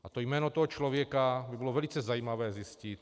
A jméno tohoto člověka by bylo velice zajímavé zjistit.